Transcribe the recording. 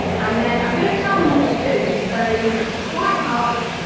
and then, i'm gonna tell them what to do. so, swipe up